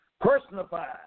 personified